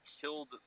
killed